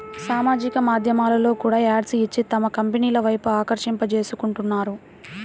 సామాజిక మాధ్యమాల్లో కూడా యాడ్స్ ఇచ్చి తమ కంపెనీల వైపు ఆకర్షింపజేసుకుంటున్నారు